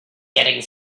getting